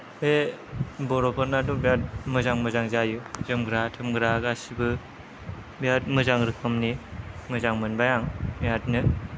बे बर'फोरनाथ' बिराद मोजां मोजां जायो जोमग्रा थोमग्रा गासैबो बिराद मोजां रोखोमनि मोजां मोनबाय आं बिरादनो